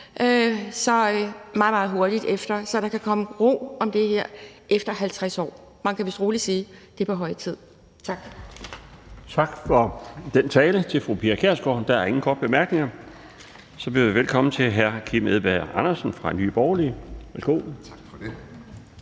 meget hurtigt efter, så der kan komme ro om det her efter 50 år. Man kan vist roligt sige: Det er på høje tid. Tak. Kl. 17:52 Den fg. formand (Bjarne Laustsen): Tak til fru Pia Kjærsgaard for den tale. Der er ingen korte bemærkninger. Så byder vi velkommen til hr. Kim Edberg Andersen fra Nye Borgerlige. Værsgo. Kl.